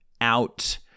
out